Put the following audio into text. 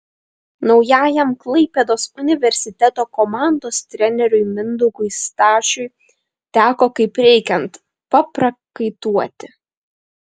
naujajam klaipėdos universiteto komandos treneriui mindaugui stašiui teko kaip reikiant paprakaituoti